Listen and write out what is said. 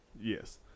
yes